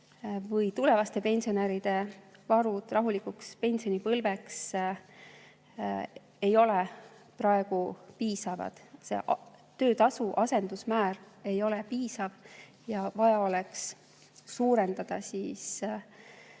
Eesti tulevaste pensionäride varud ei ole rahulikuks pensionipõlveks praegu piisavad. Töötasu asendusmäär ei ole piisav ja vaja oleks suurendada